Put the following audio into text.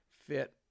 fit